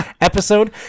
episode